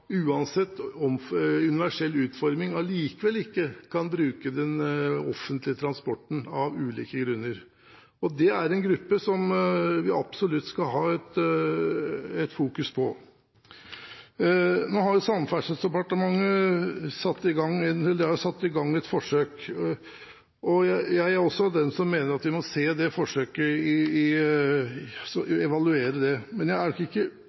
uansett universell utforming av ulike grunner allikevel ikke kan bruke den offentlige transporten. Det er en gruppe som vi absolutt skal fokusere på. Nå har Samferdselsdepartementet satt i gang et forsøk. Jeg mener også at vi må evaluere det forsøket. Men jeg mener ikke